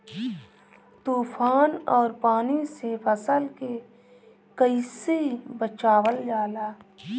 तुफान और पानी से फसल के कईसे बचावल जाला?